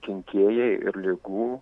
kenkėjai ir ligų